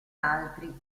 altri